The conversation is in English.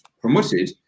promoted